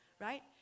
right